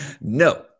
No